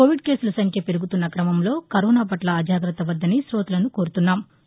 Covid కేసుల సంఖ్య పెరుగుతున్న క్రమంలో కరోనాపట్ల అజాగ్రత్త వద్దని కోతలను కోరుతున్నాము